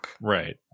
Right